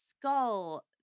skull